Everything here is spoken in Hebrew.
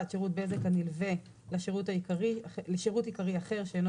שירות בזק הנלווה לשירות עיקרי אחר שאינו